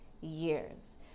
years